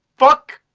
fuck!